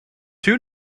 two